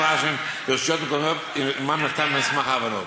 הרשמיים ברשויות מקומיות שעמן נחתם מסמך הבנות.